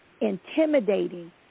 intimidating